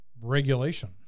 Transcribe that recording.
regulation